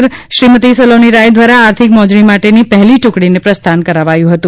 દિલ કલેક્ટર શ્રીમતી સલોની રાય દ્વારા આર્થિક મોજણી માટેની પહેલી ટુકડીને પ્રસ્થાન કરાવાયું હતું